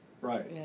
right